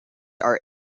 are